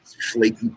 flaky